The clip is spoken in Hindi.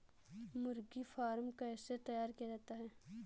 मुर्गी फार्म कैसे तैयार किया जाता है?